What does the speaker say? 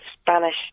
Spanish